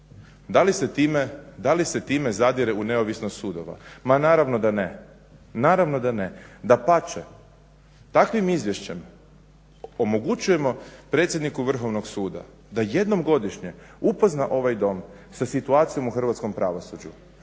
Da li se time zadire u neovisnost sudova? Ma naravno da ne. Dapače, takvim izvješćem omogućujemo predsjedniku Vrhovnog suda da jednom godišnje upozna ovaj Dom sa situacijom u hrvatskom pravosuđu